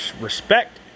respect